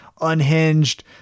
unhinged